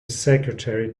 secretary